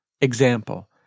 Example